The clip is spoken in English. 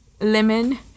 Lemon